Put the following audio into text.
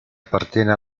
appartiene